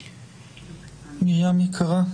מרים, יקרה.